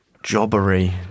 Jobbery